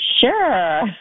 Sure